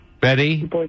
Betty